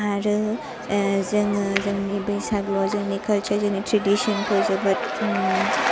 जोंङो जोंनि बैसागुआव जोंनि कलचार जों जोंनि ट्रेदिसनखौ जोबोत